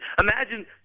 Imagine